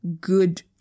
good